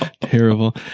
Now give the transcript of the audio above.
Terrible